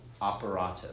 operato